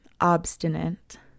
obstinate